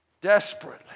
desperately